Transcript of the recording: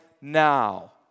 now